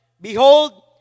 Behold